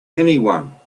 anyone